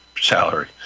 salary